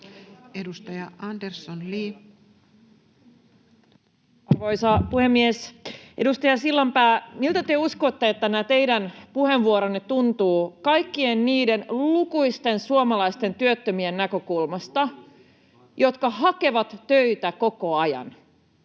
14:50 Content: Arvoisa puhemies! Edustaja Sillanpää, miltä te uskotte näiden teidän puheenvuoronne tuntuvan kaikkien niiden lukuisten suomalaisten työttömien näkökulmasta, [Ilmari Nurminen: